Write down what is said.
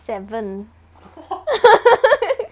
seven